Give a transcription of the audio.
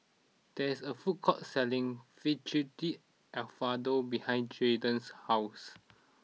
there is a food court selling Fettuccine Alfredo behind Jadon's house